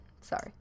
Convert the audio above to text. Sorry